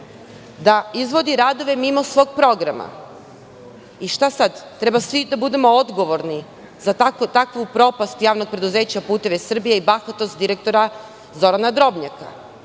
Da izvodi radove mimo svog programa i šta sad? Treba svi da budemo odgovorni za takvu propast Javnog preduzeća "Putevi Srbije" i bahatost direktora Zorana Drobnjaka,